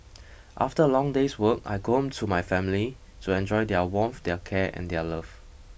after a long day's work I go home to my family to enjoy their warmth their care and their love